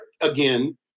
again